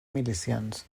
milicians